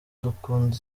dukunda